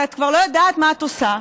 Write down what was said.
ואת כבר לא יודעת מה את עושה.